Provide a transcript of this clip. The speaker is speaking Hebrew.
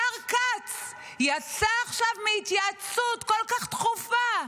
השר כץ יצא עכשיו מהתייעצות כל כך דחופה,